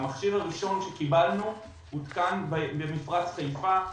המכשיר הראשון שקיבלנו הותקן במפרץ חיפה,